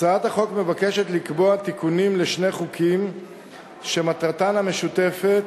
הצעת חוק מבקשת לקבוע תיקונים לשני חוקים שמטרתם המשותפת,